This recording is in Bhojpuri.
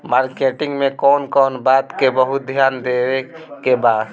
मार्केटिंग मे कौन कौन बात के बहुत ध्यान देवे के बा?